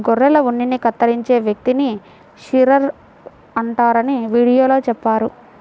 గొర్రెల ఉన్నిని కత్తిరించే వ్యక్తిని షీరర్ అంటారని వీడియోలో చెప్పారు